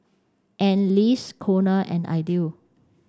Anneliese Konner and Idell